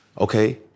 okay